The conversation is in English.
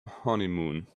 honeymoon